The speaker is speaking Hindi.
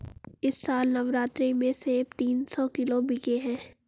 इस साल नवरात्रि में सेब तीन सौ किलो बिके हैं